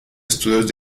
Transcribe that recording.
estudios